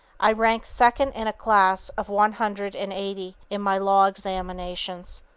i ranked second in a class of one hundred and eighty in my law examinations,